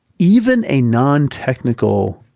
even a nontechnical,